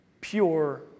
pure